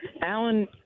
Alan